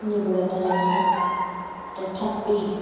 ନିବିଡ଼ତା ଜାଣିଲୁ ତଥାପି